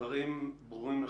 דברים ברורים לחלוטין.